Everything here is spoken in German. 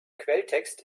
quelltext